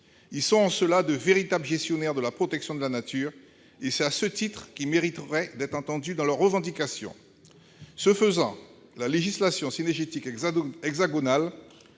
ils sont de véritables gestionnaires de la protection de la nature. C'est à ce titre qu'ils mériteraient d'être entendus dans leurs revendications. Ce faisant, la législation cynégétique hexagonale,